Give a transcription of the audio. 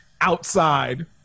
outside